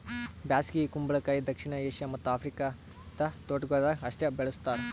ಬ್ಯಾಸಗಿ ಕುಂಬಳಕಾಯಿ ದಕ್ಷಿಣ ಏಷ್ಯಾ ಮತ್ತ್ ಆಫ್ರಿಕಾದ ತೋಟಗೊಳ್ದಾಗ್ ಅಷ್ಟೆ ಬೆಳುಸ್ತಾರ್